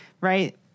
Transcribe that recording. right